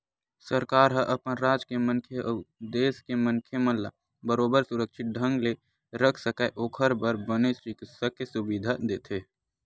सरकार ह अपन राज के मनखे अउ देस के मनखे मन ला बरोबर सुरक्छित ढंग ले रख सकय ओखर बर बने चिकित्सा के सुबिधा देथे